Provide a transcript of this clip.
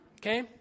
Okay